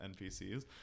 NPCs